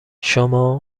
شما